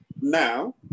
Now